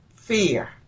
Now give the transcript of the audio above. fear